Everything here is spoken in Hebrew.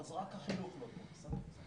אז רק החינוך --- כן.